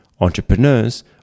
entrepreneurs